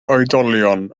oedolion